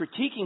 Critiquing